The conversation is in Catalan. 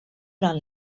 durant